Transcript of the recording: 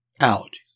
allergies